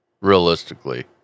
realistically